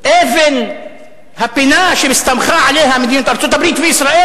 אבן הפינה שהסתמכה עליה מדיניות ארצות-הברית וישראל,